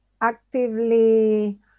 actively